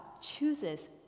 chooses